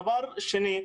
דבר שני,